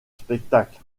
spectacle